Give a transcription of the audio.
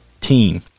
team